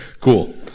Cool